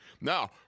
Now